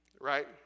right